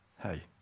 hey